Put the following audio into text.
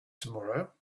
tomorrow